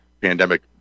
pandemic